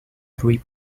three